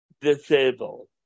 disabled